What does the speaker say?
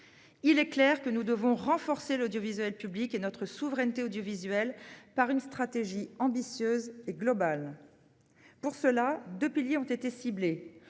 Il est clair que nous devons renforcer l'audiovisuel public et notre souveraineté audiovisuelle par une stratégie ambitieuse et globale. Pour cela, deux piliers ont été ciblés